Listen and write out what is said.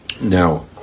Now